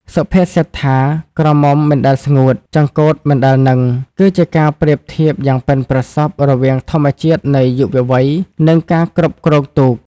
សុភាសិតថា «ក្រមុំមិនដែលស្ងួត ចង្កូតមិនដែលនឹង»គឺជាការប្រៀបធៀបយ៉ាងប៉ិនប្រសប់រវាងធម្មជាតិនៃយុវវ័យ និងការគ្រប់គ្រងទូក។